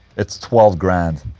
it's twelve grand,